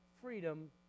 freedom